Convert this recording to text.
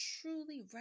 truly